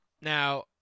Now